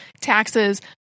taxes